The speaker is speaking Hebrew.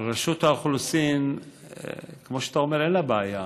רשות האוכלוסין, כמו שאתה אומר, אין לה בעיה.